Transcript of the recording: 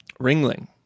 Ringling